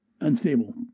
unstable